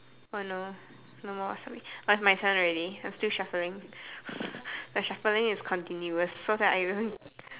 uh no no more wasabi I have my son already I'm still shuffling my shuffling is continuous so it's like I don't